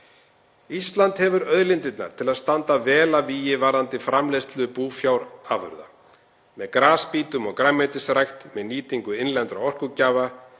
Ísland hefur auðlindirnar til að standa vel að vígi varðandi framleiðslu búfjárafurða með grasbítum og grænmetisrækt og með nýtingu innlendra orkugjafa.